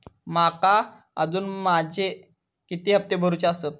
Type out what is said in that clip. माका अजून माझे किती हप्ते भरूचे आसत?